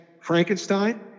Frankenstein